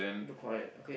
look correct okay